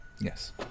Yes